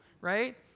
right